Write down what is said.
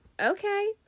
okay